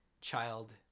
child